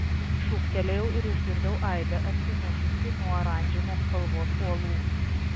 šūktelėjau ir išgirdau aidą atsimušusį nuo oranžinės spalvos uolų